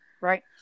Right